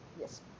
Yes